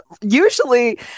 usually